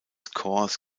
corps